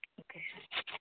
okay